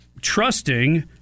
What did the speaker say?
trusting